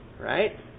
right